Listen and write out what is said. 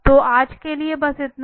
तो आज के लिए बस इतना ही